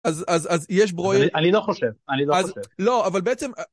אז, אז, אז, יש ברוי... -אני לא חושב, אני לא חושב. -לא, אבל בעצם...